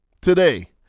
today